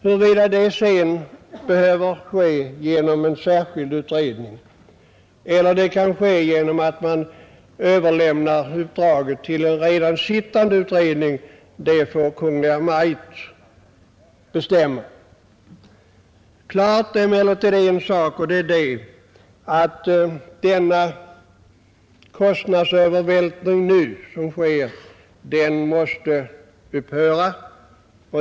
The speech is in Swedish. Huruvida det sedan behöver ske genom en särskild utredning eller genom att man överlämnar uppdraget till en redan sittande utredning får Kungl. Maj:t bestämma. Klar är emellertid en sak, och det är att denna kostnadsövervältring som nu sker måste upphöra.